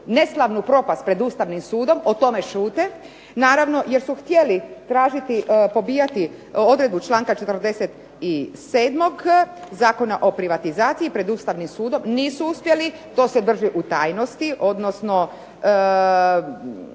neslavnu propast pred Ustavnim sudom, o tome šute naravno jer su htjeli tražiti, pobijati odredbu članka 47. Zakona o privatizaciji pred Ustavnim sudom. Nisu uspjeli, to se drži u tajnosti, odnosno